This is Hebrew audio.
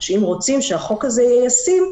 אם רוצים שהחוק הזה יהיה ישים,